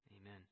Amen